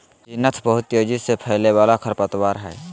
hyacinth बहुत तेजी से फैलय वाला खरपतवार हइ